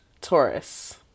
Taurus